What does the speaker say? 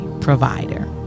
provider